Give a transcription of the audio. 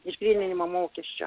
išgryninimo mokesčio